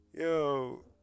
Yo